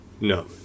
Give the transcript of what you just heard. no